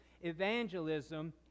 evangelism